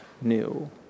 new